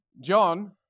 John